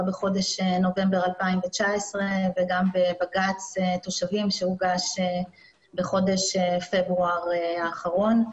בחודש דצמבר 2019 וגם בבג"ץ תושבים שהוגש בחודש פברואר האחרון.